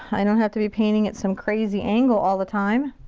i don't have to be painting at some crazy angle all the time.